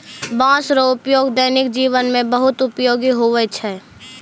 बाँस रो उपयोग दैनिक जिवन मे बहुत उपयोगी हुवै छै